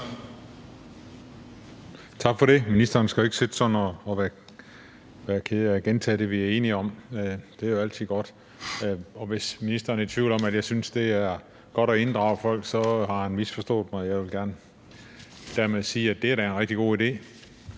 Tak for det. Ministeren skal jo ikke sådan sidde og være ked af at gentage det, vi er enige om. Det er jo altid godt, og hvis ministeren er i tvivl om, at jeg synes, det er godt at inddrage folk, så har han misforstået mig, og jeg vil hermed gerne sige, at det da er en rigtig god idé.